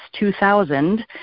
2000